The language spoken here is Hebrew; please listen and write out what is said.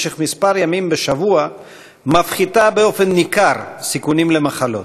ימים בשבוע מפחיתה במידה ניכרת סיכונים של מחלות.